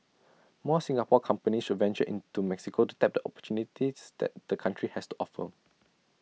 more Singapore companies should venture into Mexico to tap the opportunities that the country has to offer